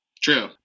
true